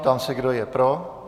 Ptám se, kdo je pro.